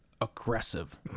aggressive